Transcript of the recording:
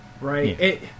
Right